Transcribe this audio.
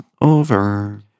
over